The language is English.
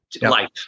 life